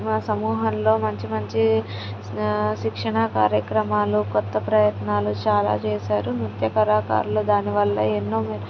మా సమూహంలో మంచి మంచి శిక్షణా కార్యక్రమాలు కొత్త ప్రయత్నాలు చాలా చేసారు నృత్య కళాకారులు దానివల్ల ఎన్నో